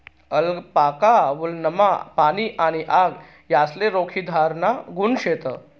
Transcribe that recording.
alpaca वुलनमा पाणी आणि आग यासले रोखीधराना गुण शेतस